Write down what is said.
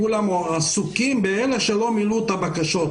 כולם עסוקים באלה שלא מילאו את הבקשות.